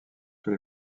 tous